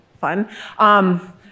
fun